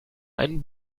einen